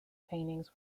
paintings